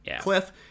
cliff